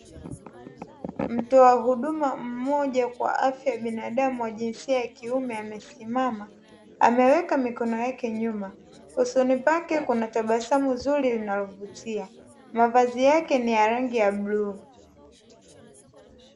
Mtoa huduma mmoja kwa afya ya binadamu wa jinsia ya kiume amesimama ameweka mikono yake nyuma, usoni pake kuna tabasamu zuri linalovutia mavazi yake ni ya rangi ya bluu.